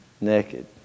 naked